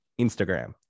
Instagram